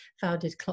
founded